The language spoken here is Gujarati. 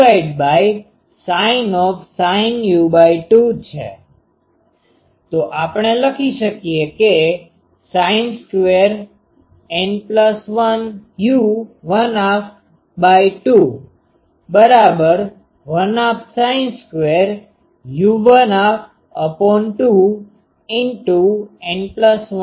તો આપણે લખી શકીએ કે sin2N12 u1212 sin2u122N12